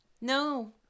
No